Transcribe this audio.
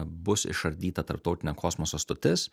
bus išardyta tarptautinė kosmoso stotis